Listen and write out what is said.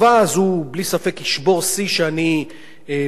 שאני בטוח שלא יישבר פה עוד הרבה שנים.